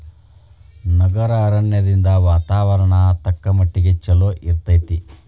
ನಗರ ಅರಣ್ಯದಿಂದ ವಾತಾವರಣ ತಕ್ಕಮಟ್ಟಿಗೆ ಚಲೋ ಇರ್ತೈತಿ